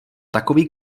takový